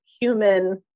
human